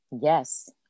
Yes